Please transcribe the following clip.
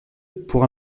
pour